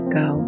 go